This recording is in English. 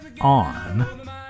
on